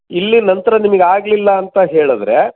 ಇಲ್ಲಿ ನಂತರ ನಿಮಗೆ ಆಗಲಿಲ್ಲ ಅಂತ ಹೇಳಿದರೆ